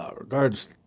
Regards